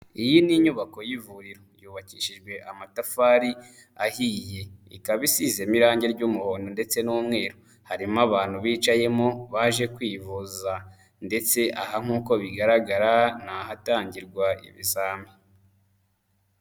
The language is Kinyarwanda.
Iyi ni inyubako y'ivuriro yubakishijwe amatafari ahiye, ikaba isizemo irangi ry'umuhondo ndetse n'umweru, harimo abantu bicayemo baje kwivuza ndetse aha nkuko bigaragara ni ahatangirwa ibizami.